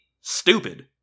Stupid